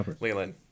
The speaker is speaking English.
Leland